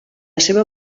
seva